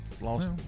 lost